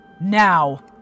Now